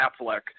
Affleck